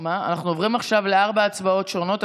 עוברים עכשיו לארבע הצבעות שונות,